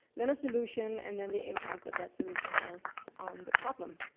then a solution, and then the impact that that solution has on the problem.